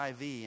IV